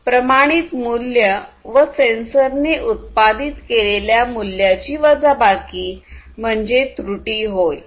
प्रमाणित मूल्य व सेन्सरने उत्पादित केलेल्या मूल्याची वजाबाकी म्हणजे त्रुटी होय